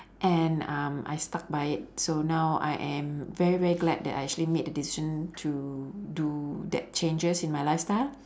and um I stuck by it so now I am very very glad that I actually made that decision to do that changes in my lifestyle